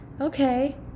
Okay